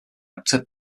actor